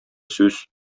сүз